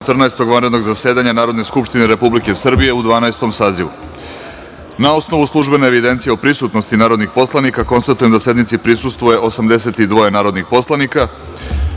vanrednog zasedanja Narodne skupštine Republike Srbije u Dvanaestom sazivu. Na osnovu službene evidencije o prisutnosti narodnih poslanika, konstatujem da sednici prisustvuje 82 narodnih poslanika. Radi